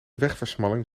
wegversmalling